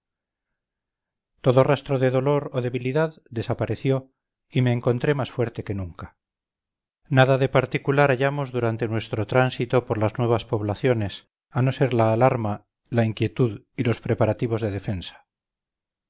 todo rastro de dolor o debilidad desapareció y me encontré más fuerte que nunca nada de particular hallamos durante nuestro tránsito por las nuevas poblaciones a no ser la alarma la inquietud y los preparativos de defensa